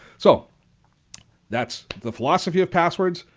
so that's the philosophy of passwords.